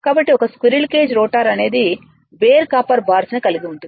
కాబట్టి ఒక squirrel cage rotor అనేది బేర్ కాపర్ బార్స్ని కలిగి ఉంటుంది